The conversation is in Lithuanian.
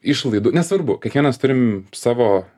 išlaidų nesvarbu kiekvienas turim savo